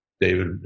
David